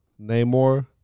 Namor